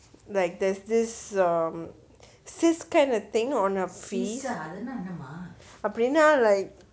like there's this um cyst kind of thing on her feet அப்டினா:apdinaa